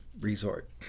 resort